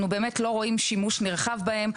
אנחנו באמת לא רואים שימוש נרחב בהם.